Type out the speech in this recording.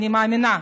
אני מאמינה,